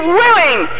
willing